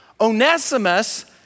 Onesimus